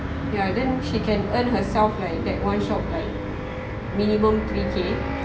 ya then she can earn herself like that one shop like minimum three K